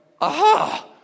aha